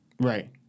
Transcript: Right